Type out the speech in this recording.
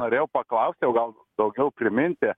norėjau paklausti o gal daugiau priminti